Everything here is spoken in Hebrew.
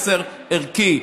מסר ערכי,